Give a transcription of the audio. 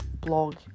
blog